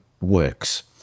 works